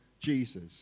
Jesus